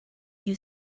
you